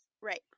right